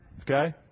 Okay